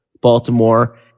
Baltimore